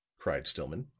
cried stillman.